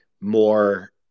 more